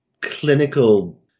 clinical